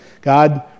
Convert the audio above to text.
God